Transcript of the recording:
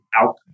outcome